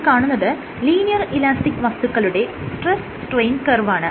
ഈ കാണുന്നത് linear elastic വസ്തുക്കളുടെ സ്ട്രെസ് സ്ട്രെയിൻ കർവാണ്